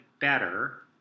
better